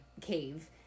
cave